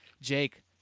Jake